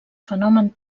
fenomen